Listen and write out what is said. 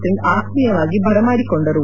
ಸಿಂಗ್ ಆತ್ಮೀಯವಾಗಿ ಬರ ಮಾಡಿಕೊಂಡರು